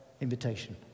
invitation